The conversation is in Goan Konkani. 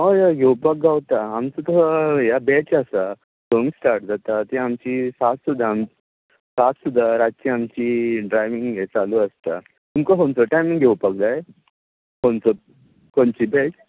हय हय घेवपाक गावता आमचो तसो हे हा बॅच आसा संक स्टार्ट जाता ते आमची सात सुद्दां सात सुद्दां रातची आमची ड्रायवींग हें चालू आसता तुमकां खंयचो टायमींग घेवपाक जाय खंयचो खंयची बॅच